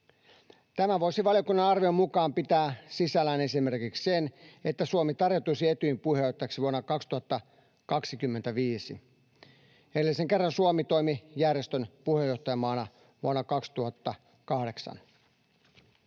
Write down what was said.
Tämä voisi valiokunnan arvion mukaan pitää sisällään esimerkiksi sen, että Suomi tarjoutuisi Etyjin puheenjohtajaksi vuonna 2025. Edellisen kerran Suomi toimi järjestön puheenjohtajamaana vuonna 2008.